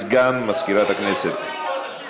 הצעת החוק עברה כלשונה בקריאה ראשונה,